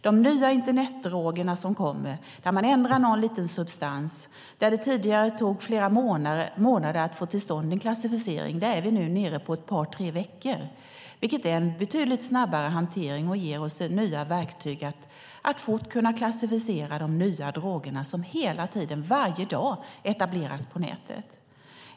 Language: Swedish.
Där det tidigare tog flera månader att klassificera de nya internetdrogerna med någon liten förändrad substans tar det nu ett par tre veckor, vilket är en betydligt snabbare hantering och ger oss nya verktyg att snabbt klassificera de nya drogerna. De etableras hela tiden, varje dag, på nätet.